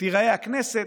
תיראה הכנסת,